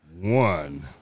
one